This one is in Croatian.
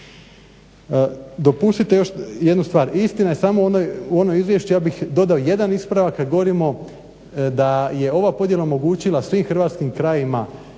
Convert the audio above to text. Dopustite još jednu stvar, istina je, samo u ono izvješće ja bih dodao jedan ispravak, kad govorimo da je ova podjela omogućila svim hrvatskim krajevima